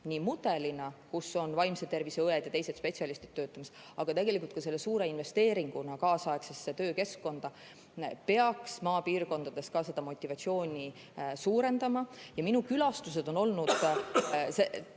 nii mudelina, kus on vaimse tervise õed ja teised spetsialistid töötamas, aga tegelikult ka selle suure investeeringuna kaasaegsesse töökeskkonda, peaks maapiirkondades ka seda motivatsiooni suurendama. Minu külastused on väga